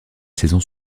saison